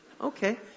Okay